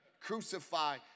Crucify